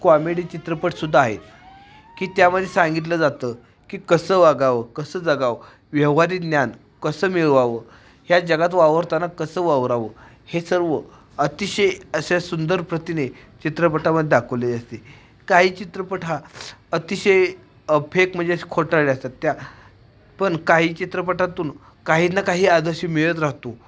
comedy चित्रपट सुद्धा आहेत की त्यामध्ये सांगितलं जातं की कसं वागावं कसं जगावं व्यावहारी ज्ञान कसं मिळवावं ह्या जगात वावरताना कसं वावरावं हे सर्व अतिशय अशा सुंदर प्रतिने चित्रपटामध्ये दाखवले असते काही चित्रपट हा अतिशय फेक म्हणजे खोटारडे असतात त्या पण काही चित्रपटातून काही ना काही आदर्श मिळत राहतो